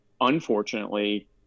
Unfortunately